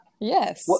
Yes